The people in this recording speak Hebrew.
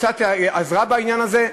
עזרו בעניין הזה?